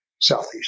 Southeast